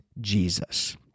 Jesus